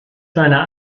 seiner